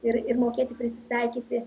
ir ir mokėti prisitaikyti